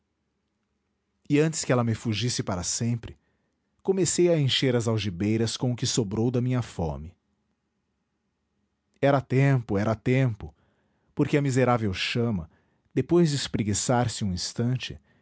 e antes que ela me fugisse para sempre comecei a encher as algibeiras com o que sobrou da minha fome era tempo era tempo porque a miserável chama depois de espreguiçar se um instante